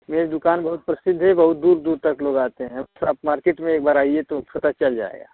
ये दुकान बहुत प्रसिद्ध है बहुत दूर दूर तक लोग आते हैं आप थोड़ा मार्केट में एक बार आइए तो पता चल जाएगा